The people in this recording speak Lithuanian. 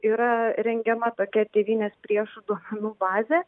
yra rengiama tokia tėvynės priešų duomenų bazė